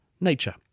Nature